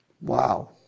Wow